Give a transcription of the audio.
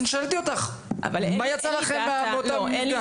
שאלתי אותך מה יצא לכם באותו מפגש.